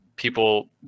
People